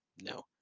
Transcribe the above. No